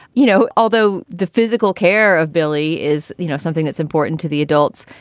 you know, although the physical care of billy is, you know, something that's important to the adults.